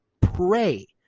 pray